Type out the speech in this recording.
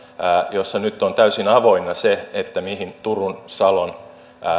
jossa nyt on täysin avoinna mihin turun ja salon